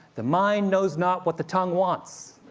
the mind knows not what the tongue wants.